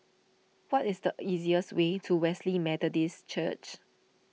what is the easiest way to Wesley Methodist Church